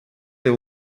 they